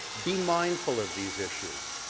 be mindful of these issues.